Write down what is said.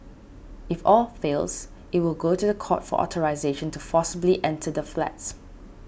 if all fails it will go to the court for authorisation to forcibly enter the flats